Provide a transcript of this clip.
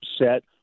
upset